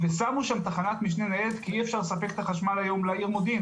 שמו שם תחנת משנה ניידת כי אי אפשר לספק את החשמל היום לעיר מודיעין,